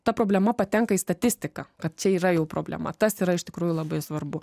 ta problema patenka į statistiką kad čia yra jau problema tas yra iš tikrųjų labai svarbu